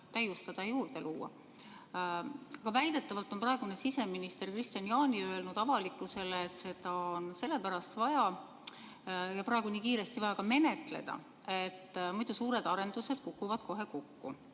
täiustada ja juurde luua. Aga väidetavalt on praegune siseminister Kristian Jaani öelnud avalikkusele, et seda on sellepärast vaja praegu nii kiiresti menetleda, et muidu suured arendused kukuvad kohe kokku.